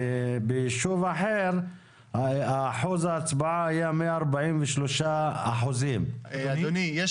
ביישוב אחר אחוז ההצבעה היה 143%. אדוני, יש